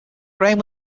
graham